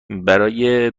برای